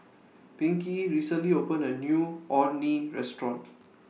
Pinkey recently opened A New Orh Nee Restaurant